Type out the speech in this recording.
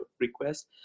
request